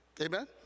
Amen